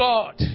God